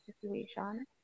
situation